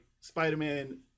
Spider-Man